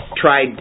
tried